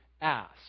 ask